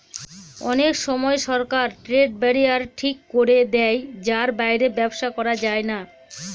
অনেক সময় সরকার ট্রেড ব্যারিয়ার ঠিক করে দেয় যার বাইরে ব্যবসা করা যায় না